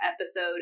episode